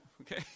okay